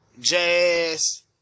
jazz